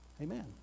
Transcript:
Amen